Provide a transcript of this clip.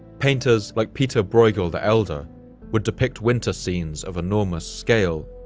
painters like pieter brueghel the elder would depict winter scenes of enormous scale,